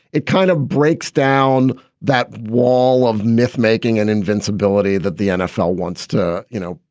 it kind of breaks down that wall of mythmaking and invincibility that the nfl wants to, you know,